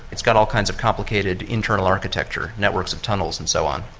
it's got all kinds of complicated internal architecture, networks of tunnels and so on.